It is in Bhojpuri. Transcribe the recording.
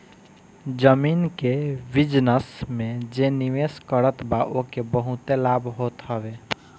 जमीन के बिजनस में जे निवेश करत बा ओके बहुते लाभ होत हवे